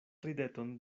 rideton